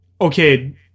okay